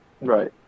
right